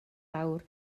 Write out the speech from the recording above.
awr